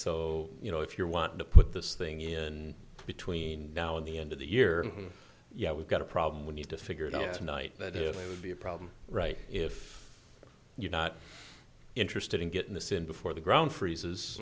so you know if you want to put this thing in between now and the end of the year yeah we've got a problem with need to figure it out tonight but it would be a problem right if you're not interested in getting this in before the ground freezes